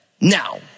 Now